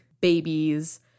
babies